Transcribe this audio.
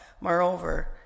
Moreover